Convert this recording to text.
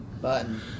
Button